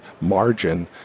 margin